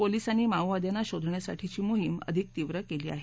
पोलीसांनी माओवादयांना शोधण्यासाठीची मोहीम तीव्र केली आहे